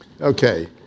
Okay